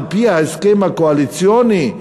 על-פי ההסכם הקואליציוני,